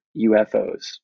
UFOs